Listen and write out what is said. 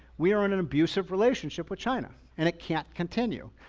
we are in an abusive relationship with china and it can't continue.